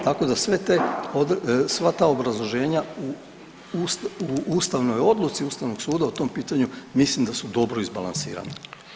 Tako da sve te, sva ta obrazloženja u ustavnoj odluci Ustavnog suda o tom pitanju mislim da su dobro izbalansirana.